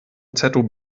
zob